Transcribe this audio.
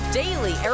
daily